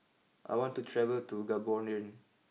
I want to travel to Gaborone